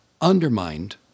undermined